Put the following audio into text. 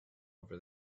over